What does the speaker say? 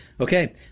Okay